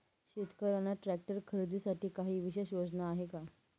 शेतकऱ्यांना ट्रॅक्टर खरीदीसाठी काही विशेष योजना आहे का?